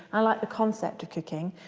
i like the concept of cooking,